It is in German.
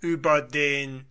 über den